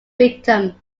victim